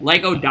Lego